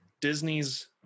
Disney's